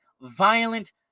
violent